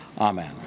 Amen